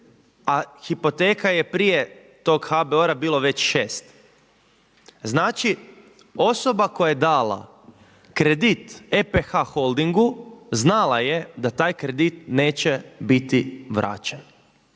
a hipoteka je prije tog HBOR-a bilo već 6. Znači osoba koja je dala kredit EPH Holdingu znala je da taj kredit neće biti vraćen.